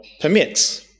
permits